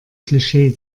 klischee